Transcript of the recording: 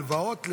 להלוואות,